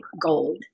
Gold